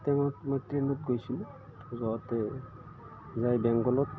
ট্ৰেইনত মই ট্ৰেইনত গৈছিলোঁ যোৱাতে যায় বেংগলত